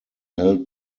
held